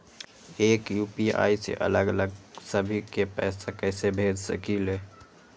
एक यू.पी.आई से अलग अलग सभी के पैसा कईसे भेज सकीले?